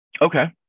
Okay